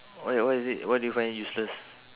why ah why is it why do you find it useless